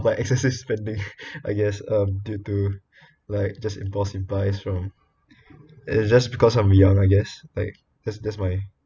like excessive spending I guess um due to like just impulsive buys from and just because I'm young I guess like that's that's my